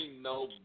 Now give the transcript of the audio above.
no